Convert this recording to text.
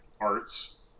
arts